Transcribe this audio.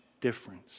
difference